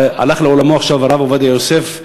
הלך לעולמו עכשיו הרב עובדיה יוסף,